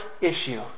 issue